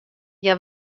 hja